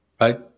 right